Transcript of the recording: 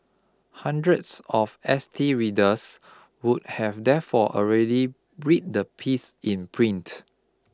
hundreds of S T readers would have therefore already read the piece in print